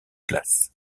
glace